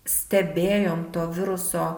stebėjom to viruso